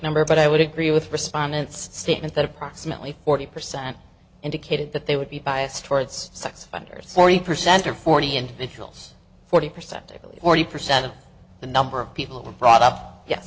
number but i would agree with respondents statement that approximately forty percent indicated that they would be biased towards sex offenders forty percent or forty individuals forty percent to forty percent of the number of people were brought up ye